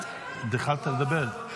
התחלת לדבר.